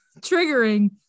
triggering